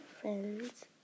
friends